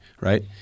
right